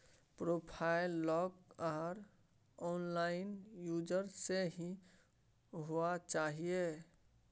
profile lock आर unlock user से ही हुआ चाहिए